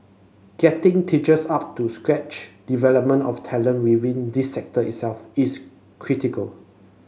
getting teachers up to scratch development of talent within this sector itself is critical